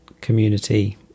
community